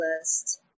list